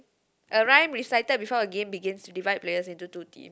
a rhyme recited before a game begin divide players into two teams